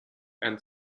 and